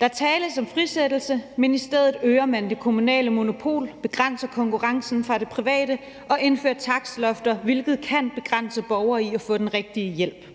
Der tales om frisættelse, men i stedet øger man det kommunale monopol, begrænser konkurrencen fra det private og indfører takstlofter, hvilket kan begrænse borgere i at få den rigtige hjælp.